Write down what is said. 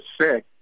sick